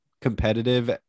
competitive